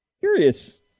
Curious